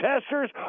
testers